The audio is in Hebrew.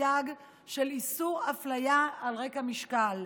הסייג של איסור אפליה על רקע משקל.